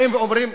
באים ואומרים: